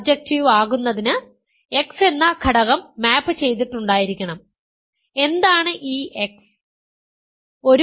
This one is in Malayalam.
സർജക്ടീവ് ആകുന്നതിന് x എന്ന ഘടകം മാപ് ചെയ്തിട്ടുണ്ടായിരിക്കണം എന്താണ് ഈ x